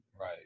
Right